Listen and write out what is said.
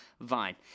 vine